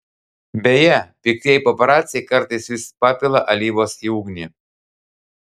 beje piktieji paparaciai kartais vis papila alyvos į ugnį